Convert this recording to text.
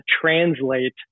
translate